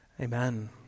Amen